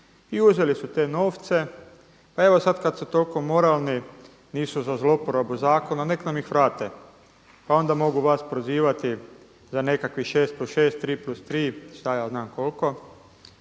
i uzeli su te novce. Pa evo sada kada su toliko moralni nisu za zloporabu zakona, neka nam ih vrate pa onda mogu vas prozivati za nekakvih 6+6, 3+3 šta ja znam koliko.